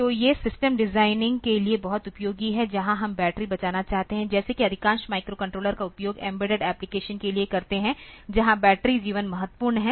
तो ये system designing के लिए बहुत उपयोगी हैं जहां हम बैटरी बचाने चाहते है जैसे कि अधिकांश माइक्रोकंट्रोलर का उपयोग एम्बेडेड एप्लिकेशन के लिए करते हैं जहां बैटरी जीवन महत्वपूर्ण है